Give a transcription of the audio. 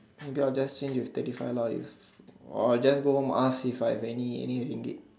maybe I'll just change with thirty five lah if or I'll just go home ask if I have any any Ringgit